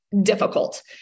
difficult